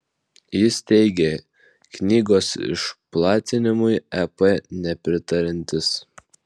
jis teigė knygos išplatinimui ep nepritariantis